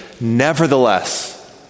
nevertheless